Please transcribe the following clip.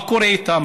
מה קורה איתם?